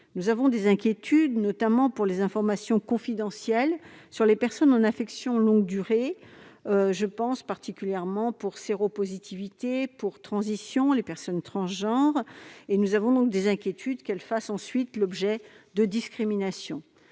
nourrissons des inquiétudes notamment pour les informations confidentielles des personnes en affection longue durée. Je pense particulièrement à la séropositivité et à la transition des personnes transgenres ; nous craignons que ces personnes ne fassent ensuite l'objet de discriminations.